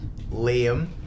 Liam